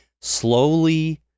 slowly